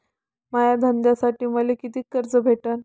माया धंद्यासाठी मले कितीक कर्ज मिळनं?